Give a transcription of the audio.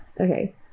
okay